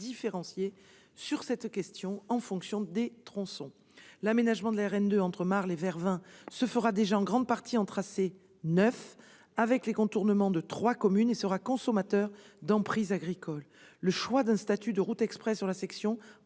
différenciée en fonction des tronçons. L'aménagement de la RN2 entre Marle et Vervins se fera déjà en grande partie en tracé neuf, avec le contournement de trois communes, et sera consommateur d'emprises agricoles. Le choix d'un statut de route express sur la section